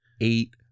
Eight